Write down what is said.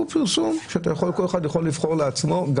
שכל אחד יכול לבחור לעצמו,